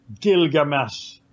Gilgamesh